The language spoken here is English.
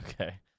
Okay